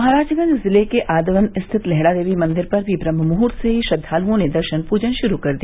महराजगंज जिले के आद्रवन स्थित लेहड़ा देवी मंदिर पर भी ब्रम्हमुहूर्त से ही श्रद्धालुओं ने दर्शन पूजन शुरू कर दिया